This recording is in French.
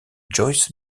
joyce